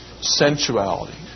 sensuality